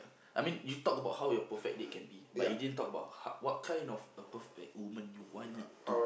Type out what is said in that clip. I mean you talked about how your perfect date can be but you didn't talk about h~ what kind of a perfect woman you want it to